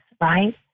right